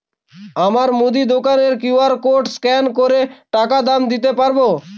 আমার মুদি দোকানের কিউ.আর কোড স্ক্যান করে টাকা দাম দিতে পারব?